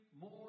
more